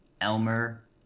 elmer